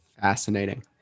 Fascinating